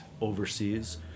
overseas